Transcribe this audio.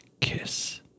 kiss